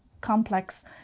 Complex